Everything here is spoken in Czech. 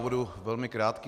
Budu velmi krátký.